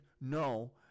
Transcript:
no